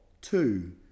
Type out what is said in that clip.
two